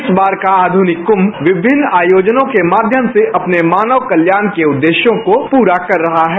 इस बार का आधुनिक कुंभ विभिन्न आयोजनों के माध्यम से अपने मानव कल्याण के उद्देश्यों को पूरा कर रहा है